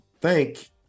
thank